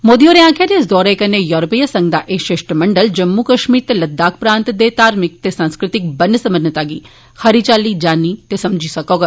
मोदी होरें आक्खेआ जे इस दौरे कन्नै यूरोपीय संघ दा एह् शिष्टमंडल जम्मू कश्मीर ते लद्दाख प्रांते दे घार्मिक ते सांस्कृतिक बन सबन्नता गी खरी चाली जानी ते समझी सकौग